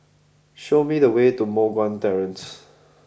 show me the way to Moh Guan Terrace